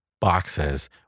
boxes